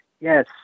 yes